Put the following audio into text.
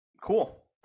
Cool